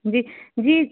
जी जी